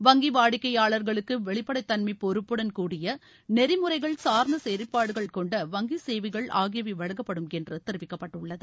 வங்கி வாடிக்கையாளர்களுக்கு வெளிப்படைத்தன்மை பொறுப்புடன் கூடிய நெறிமுறைகள் சார்ந்த செயல்பாடுகள் கொண்ட வங்கி சேவைகள் ஆகியவை வழங்கப்படும் என்று தெரிவிக்கப்பட்டுள்ளது